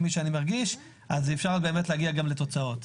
שאני מרגיש אפשר גם להגיע לתוצאות.